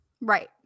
right